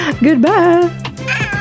Goodbye